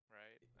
right